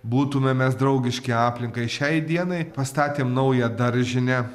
būtume mes draugiški aplinkai šiai dienai pastatėm naują daržinę